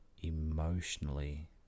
emotionally